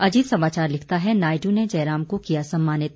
अजीत समाचार लिखता है नायडू ने जयराम को किया सम्मानित